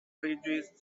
fridges